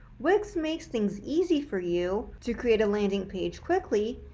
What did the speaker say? wix makes things easy for you to create a landing page quickly,